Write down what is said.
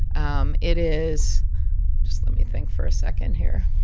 um it is just let me think for a second here.